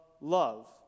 love